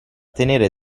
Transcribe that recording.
tenere